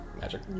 Magic